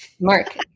Mark